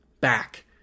back